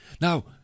Now